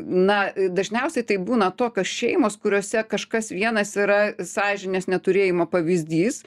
na dažniausiai tai būna tokios šeimos kuriose kažkas vienas yra sąžinės neturėjimo pavyzdys